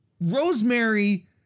rosemary